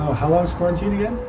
how long's quarantine again?